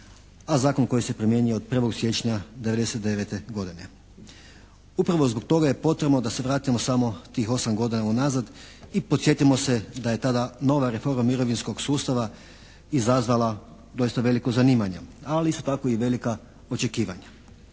a zakon koji se primjenjuje od 1. siječnja '99. godine. Upravo zbog toga je potrebno da se vratimo samo tih 8 godina unazad i podsjetimo se da je tada nova reforma mirovinskog sustava izazvala doista veliko zanimanje, ali isto tako i velika očekivanja.